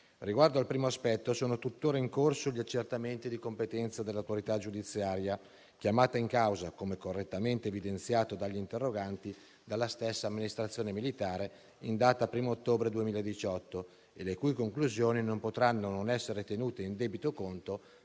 Riguardo al primo aspetto, sono tutt'ora in corso gli accertamenti di competenza dell'autorità giudiziaria chiamata in causa - come correttamente evidenziato dagli interroganti - dalla stessa amministrazione militare in data 1° ottobre 2018, le cui conclusioni non potranno non essere tenute in debito conto